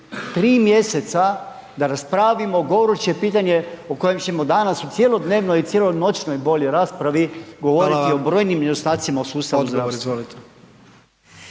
3 mj. da raspravimo goruće pitanje o kojem ćemo danas u cjelodnevnoj i cjelonoćnoj bolje raspravi, govoriti o brojnim nedostacima u sustavu zdravstva?